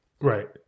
Right